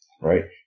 right